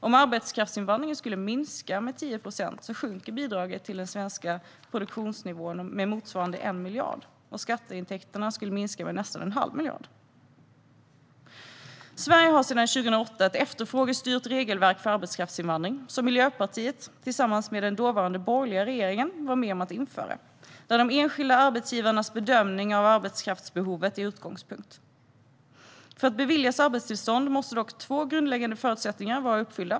Om arbetskraftsinvandringen skulle minska med 10 procent sjunker bidraget till den svenska produktionsnivån med motsvarande 1 miljard. Skatteintäkterna skulle minska med nästan en halv miljard. Sverige har sedan 2008 ett efterfrågestyrt regelverk för arbetskraftsinvandring, som Miljöpartiet tillsammans med den dåvarande borgerliga regeringen var med om att införa. De enskilda arbetsgivarnas bedömning av arbetskraftsbehovet är utgångspunkt. För att beviljas arbetstillstånd måste dock två grundläggande förutsättningar vara uppfyllda.